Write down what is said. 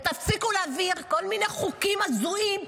ותפסיקו להעביר כל מיני חוקים הזויים,